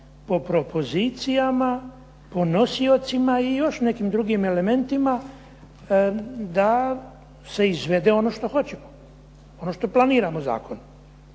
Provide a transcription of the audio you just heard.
po propozicijama, po nosiocima i još nekim drugim elementima da se izvede ono što hoćemo, ono što planiramo zakonom